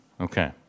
Okay